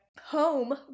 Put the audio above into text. Home